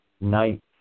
night